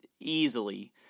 easily